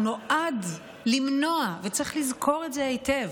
הוא נועד למנוע, וצריך לזכור את זה היטב.